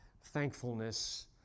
thankfulness